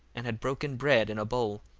and had broken bread in a bowl,